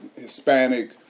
Hispanic